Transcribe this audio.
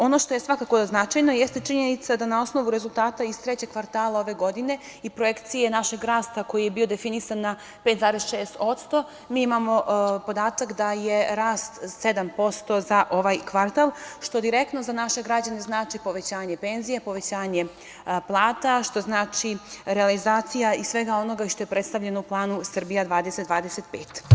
Ono što je svakako značajno jeste činjenica da na osnovu rezultata iz trećeg kvartala ove godine i projekcije našeg rasta koji je bio definisan na 5,6%, mi imamo podatak da je rast 7% za ovaj kvartal, što direktno za naše građane znači povećanje penzija, povećanje plata, što znači realizaciju svega onoga što je predstavljeno u planu "Srbija 2025"